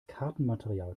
kartenmaterial